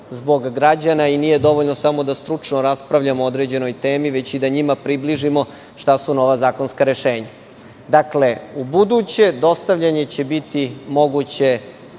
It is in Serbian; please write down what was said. zbog građana i nije dovoljno samo da stručno raspravljamo o određenoj temi, već i da njima približimo šta su nova zakonska rešenja. Ubuduće, dostavljanje će biti moguće